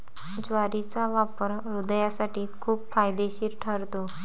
ज्वारीचा वापर हृदयासाठी खूप फायदेशीर ठरतो